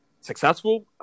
successful